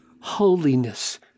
holiness